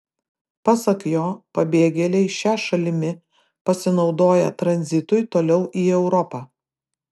pasak jo pabėgėliai šia šalimi pasinaudoja tranzitui toliau į europą